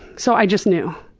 so i just knew.